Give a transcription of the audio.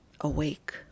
Awake